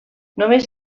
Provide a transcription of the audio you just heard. només